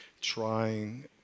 trying